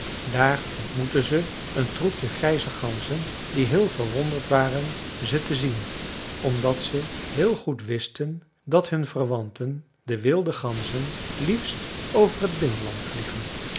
daar ontmoetten ze een troepje grijze ganzen die heel verwonderd waren ze te zien omdat ze heel goed wisten dat hun verwanten de wilde ganzen liefst over het binnenland vliegen